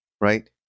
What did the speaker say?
right